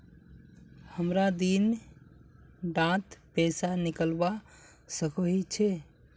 हमरा दिन डात पैसा निकलवा सकोही छै?